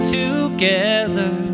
together